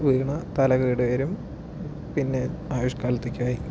വീണാൽ തല കേട് വരും പിന്നെ ആയൂഷ്ക്കാലത്തേയ്ക്കായി